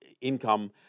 income